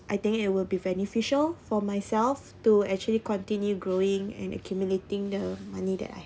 I think it will be beneficial for myself to actually continue growing and accumulating the money that I